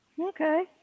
Okay